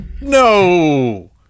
No